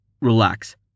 Relax